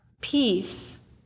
Peace